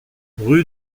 rue